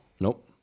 Nope